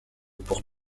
pour